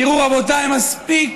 תראו, רבותיי, מספיק